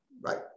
Right